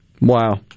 Wow